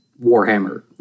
Warhammer